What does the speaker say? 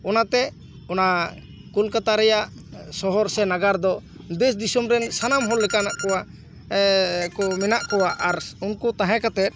ᱚᱱᱟ ᱛᱮ ᱚᱱᱟ ᱠᱳᱞᱠᱟᱛᱟ ᱨᱮᱭᱟᱜ ᱥᱚᱦᱚᱨ ᱥᱮ ᱱᱟᱜᱟᱨ ᱫᱚ ᱫᱮᱥ ᱫᱤᱥᱚᱢ ᱨᱮᱱ ᱥᱟᱱᱟᱢ ᱦᱚᱲ ᱞᱮᱠᱟ ᱢᱮᱱᱟᱜ ᱠᱚᱣᱟ ᱢᱮᱱᱟᱜ ᱠᱚᱣᱟ ᱟᱨ ᱩᱱᱠᱩ ᱛᱟᱦᱮᱸ ᱠᱟᱛᱮᱫ